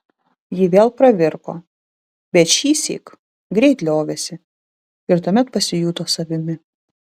ji vėl pravirko bet šįsyk greit liovėsi ir tuomet pasijuto savimi